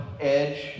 edge